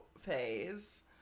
phase